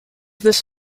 this